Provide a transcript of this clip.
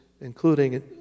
including